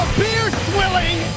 beer-swilling